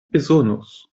bezonos